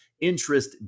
interest